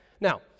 Now